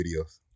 videos